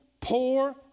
poor